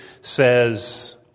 says